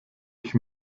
ich